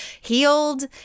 healed